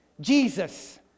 Jesus